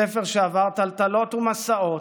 ספר שעבר טלטלות ומסעות,